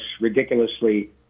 ridiculously